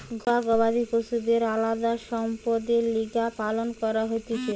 ঘরুয়া গবাদি পশুদের আলদা সম্পদের লিগে পালন করা হতিছে